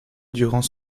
durant